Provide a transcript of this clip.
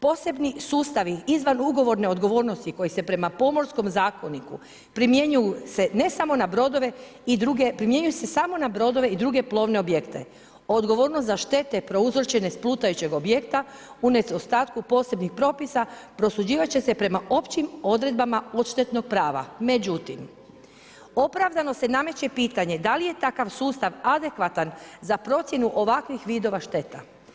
Posebni sustavi izvan u govorne odgovornosti koje se prema pomorskom zakoniku, primjenjuju se, ne samo na brodove i druge, primjenjuju se samo na brodove i druge plovne objekte, odgovornost za štete prouzročene s plutajućeg objekta, u nedostatku posebnih propisa, prosuđivat će se prema općim odredbama odštetnog prava, međutim opravdano se nameće pitanje da li je takav sustav adekvatan za procjenu ovakvih vidova šteta.